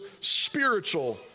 spiritual